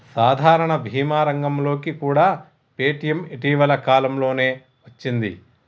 సాధారణ భీమా రంగంలోకి కూడా పేటీఎం ఇటీవల కాలంలోనే వచ్చింది